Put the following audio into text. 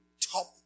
top